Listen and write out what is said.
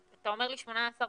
כשאתה אומר לי 18 מיליארד,